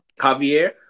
Javier